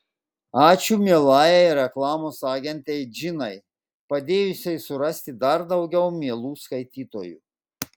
ačiū mielajai reklamos agentei džinai padėjusiai surasti dar daugiau mielų skaitytojų